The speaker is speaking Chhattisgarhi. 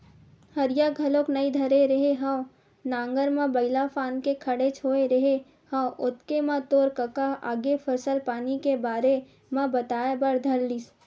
हरिया घलोक नइ धरे रेहे हँव नांगर म बइला फांद के खड़ेच होय रेहे हँव ओतके म तोर कका आगे फसल पानी के बारे म बताए बर धर लिस